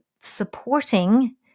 supporting